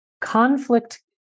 conflict